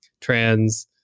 trans